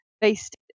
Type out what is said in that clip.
based